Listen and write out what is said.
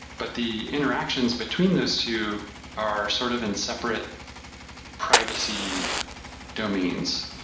but the interactions between those two are sort of in separate privacy domains.